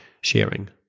sharing